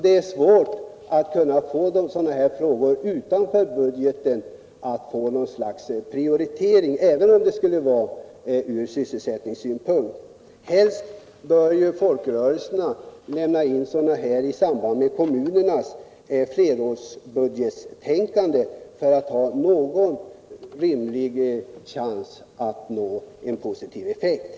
Det är svårt att få något slags prioritering av sådana här frågor utanför budgeten, även om det skulle vara motiverat ur sysselsättningssynpunkt. Helst bör ju folkrörelserna lämna in ansökningarna i samband med kommunernas flerårsbudgetplanering för att ha någon rimlig chans att nå en positiv effekt.